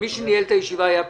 ומי שניהל את הישיבה היה פינדרוס.